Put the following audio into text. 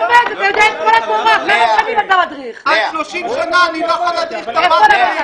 --- 30 שנה אני לא יכול להדריך --- איפה?